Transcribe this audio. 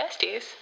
besties